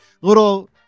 little